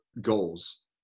goals